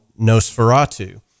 Nosferatu